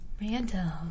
Random